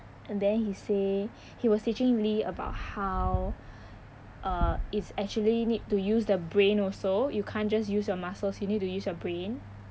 and then he say he was teaching lee about how uh it's actually need to use the brain also you can't just use your muscles you need to use your brain